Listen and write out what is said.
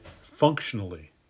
functionally